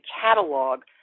catalog